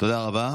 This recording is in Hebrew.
תודה רבה.